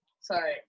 Sorry